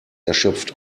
erschöpft